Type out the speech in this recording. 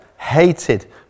Hated